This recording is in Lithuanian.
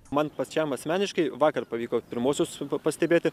man pačiam asmeniškai vakar pavyko pirmuosius pastebėti